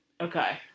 Okay